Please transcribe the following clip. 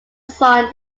song